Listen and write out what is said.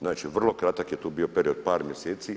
Znači, vrlo kratak je to bio period par mjeseci.